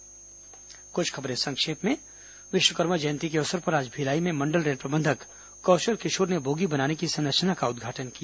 संक्षिप्त समाचार अब कुछ अन्य खबरें संक्षिप्त में विश्वकर्मा जयंती के अवसर पर आज भिलाई में मंडल रेल प्रबंधक कौशल किशोर ने बोगी बनाने की संरचना का उद्घाटन किया